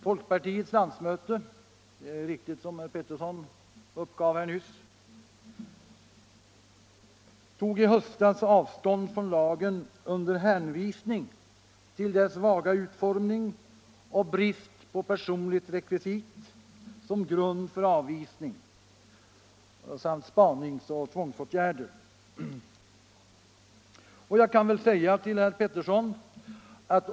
Folkpartiets landsmöte — det är riktigt som herr Pettersson i Västerås uppgav nyss — tog i höstas avstånd från lagen under hänvisning till dess vaga utformning och brist på personligt rekvisit som grund för avvisning samt spaningsoch tvångsåtgärder.